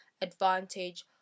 advantage